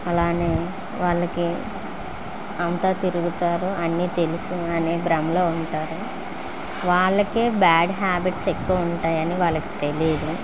అలాగే వాళ్ళకి అంతా తిరుగుతారు అన్నీ తెలుసు అనే భ్రమలో ఉంటారు వాళ్ళకు బ్యాడ్ హ్యాబిట్స్ ఎక్కువ ఉంటాయని వాళ్ళకి తెలియదు